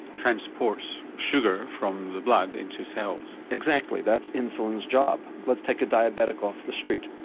transports sugar from the blood into cells. exactly, that's insulin's job. let's take a diabetic off the street,